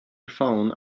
phone